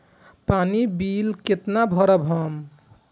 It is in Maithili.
पानी बील केना भरब हम?